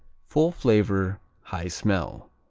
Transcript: full flavor, high smell.